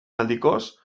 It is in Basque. aldikoz